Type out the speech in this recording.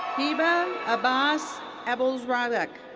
hiba abbas abdulrazzak.